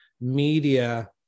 media